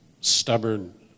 stubborn